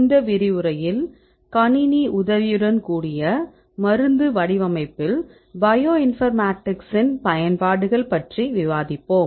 இந்த விரிவுரையில் கணினி உதவியுடன் கூடிய மருந்து வடிவமைப்பில் பயோ இன்ஃபர்மேட்டிக்ஸின் பயன்பாடுகள் பற்றி விவாதிப்போம்